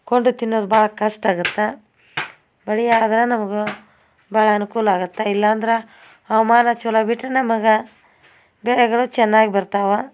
ಕೊಂಡು ತಿನ್ನೋದು ಭಾಳ ಕಷ್ಟ ಆಗತ್ತೆ ಮಳೆ ಆದ್ರೆ ನಮಗೆ ಭಾಳ ಅನುಕೂಲ ಆಗತ್ತೆ ಇಲ್ಲ ಅಂದ್ರೆ ಹವಾಮಾನ ಚಲೋ ಬಿಟ್ರೆ ನಮಗೆ ಬೆಳೆಗಳು ಚೆನ್ನಾಗಿ ಬರ್ತಾವೆ